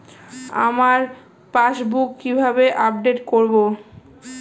আমার পাসবুক কিভাবে আপডেট করবো?